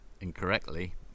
incorrectly